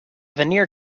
vanier